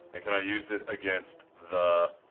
and can i use it against the